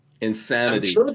insanity